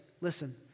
Listen